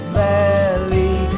valley